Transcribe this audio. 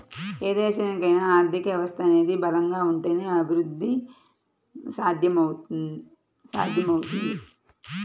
ఏ దేశానికైనా ఆర్థిక వ్యవస్థ అనేది బలంగా ఉంటేనే అభిరుద్ధి సాధ్యమవుద్ది